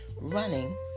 running